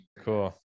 Cool